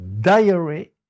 diary